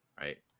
Right